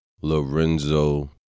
Lorenzo